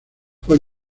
fue